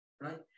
right